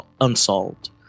unsolved